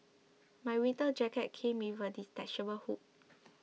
my winter jacket came with a detachable hood